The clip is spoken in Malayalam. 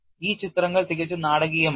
ഈ ചിത്രങ്ങൾ തികച്ചും നാടകീയമാണ്